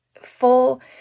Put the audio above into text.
full